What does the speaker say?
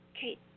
Kate